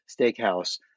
steakhouse